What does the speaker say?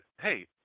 hey